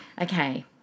okay